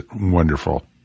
wonderful